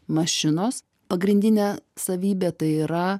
mašinos pagrindinė savybė tai yra